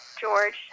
George